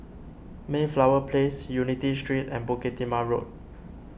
Mayflower Place Unity Street and Bukit Timah Road